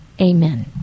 Amen